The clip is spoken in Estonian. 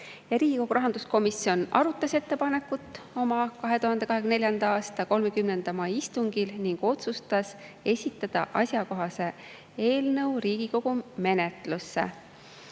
Riigikogu rahanduskomisjon arutas ettepanekut oma 2024. aasta 30. mai istungil ning otsustas esitada asjakohase eelnõu Riigikogu menetlusse.